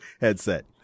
headset